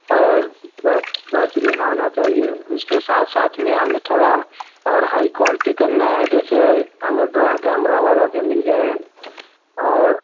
और बेह बेहतरीन आना चाहिए उसके साथ साथ में हमें थोड़ा और हाई क्वालटी करना है जैसे हमें ड्रोन कैमरा वाला भी मिल जाए और